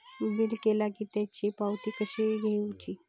Bill केला की त्याची पावती कशी घेऊची?